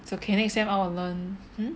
it's ok next sem I will learn hmm